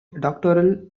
doctoral